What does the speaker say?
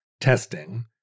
testing